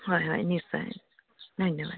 হয় হয় নিশ্চয় ধন্যবাদ